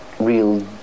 real